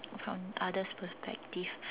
from others' perspective